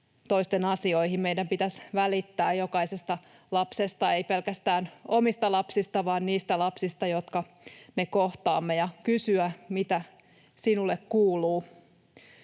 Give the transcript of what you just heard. toisten asioihin? Meidän pitäisi välittää jokaisesta lapsesta, ei pelkästään omista lapsista vaan niistä lapsista, jotka me kohtaamme, ja kysyä, mitä sinulle kuuluu.